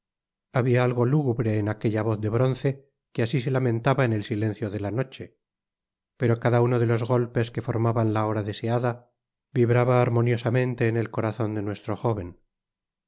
habia algo lúgubre ep aquella voz de bronce que así se lamentaba en el silencio de la noche pero cada uno de los golpes que formaban la hora deseada vibraba armoniosamente en el corazon de nuestro jóven